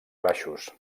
baixos